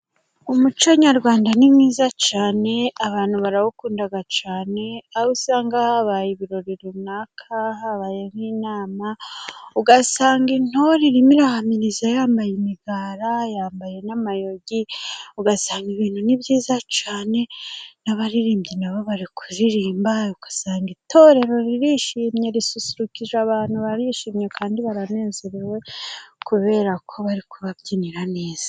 Umuco nyarwanda ni mwiza cyane, abantu barawukunda cyane, ah'usanga habaye ibirori runaka, habaye nk'inama ugasanga intor'irimo irahamiriza yambaye imigara, yambaye n'amayogi, ugasanga ibintu ni byiza cyane, n'abaririmbyi nabo bari kuririmba, ugasanga itorero ririshimye risusurukije abantu barishimye, kandi baranezerewe kubera ko bari kubabyinira neza.